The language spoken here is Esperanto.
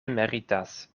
meritas